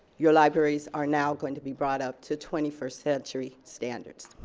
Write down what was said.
your libraries are now going to be brought up to twenty first century standards.